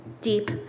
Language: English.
deep